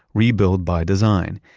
rebuild by design.